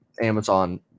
Amazon